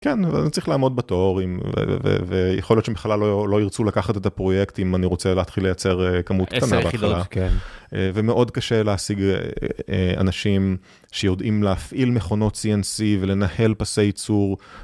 כן, אבל צריך לעמוד בתור, ויכול להיות שבכלל לא ירצו לקחת את הפרויקט אם אני רוצה להתחיל לייצר כמות קטנה בהתחלה. ומאוד קשה להשיג אנשים שיודעים להפעיל מכונות CNC ולנהל פסי ייצור.